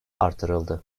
artırıldı